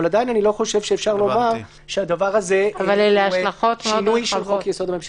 אבל אני לא חושב לומר שיש בדבר הזה שינוי של חוק יסוד: הממשלה.